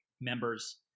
members